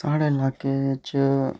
साढ़े लाकै च